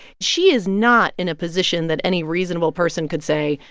she is not in a position that any reasonable person could say,